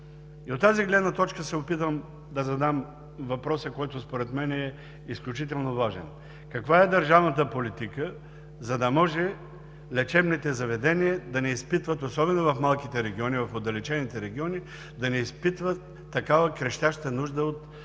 От тази гледна точка се опитвам да задам въпроса, който според мен е изключително важен: каква е държавната политика, за да може лечебните заведения – особено в малките региони, в отдалечените региони, да не изпитват такава крещяща нужда от